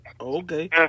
Okay